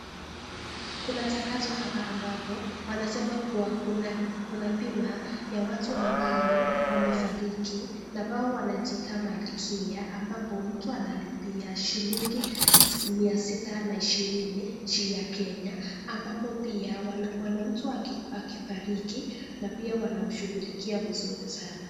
Kuna tangazo hapa ambapo wanasema kuwa kuna bima ya watu ambao wamefariki na wao wanajiita malkia ambapo mtu analipia shilingi mia sita na ishirini shilingi ya kenya ambapo pia mtu akifariki na pia wanamshughulikia vizuri sana.